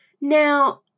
Now